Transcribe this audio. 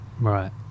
Right